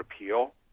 repeal